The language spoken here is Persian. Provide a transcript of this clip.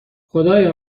خدایا